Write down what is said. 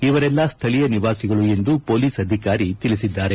ಇವರೆಲ್ಲಾ ಸ್ಥಳೀಯ ನಿವಾಸಿಗಳು ಎಂದು ಪೊಲೀಸ್ ಅಧಿಕಾರಿ ತಿಳಿಸಿದ್ದಾರೆ